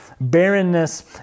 barrenness